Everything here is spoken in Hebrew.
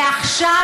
ועכשיו,